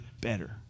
better